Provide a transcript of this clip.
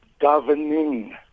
governing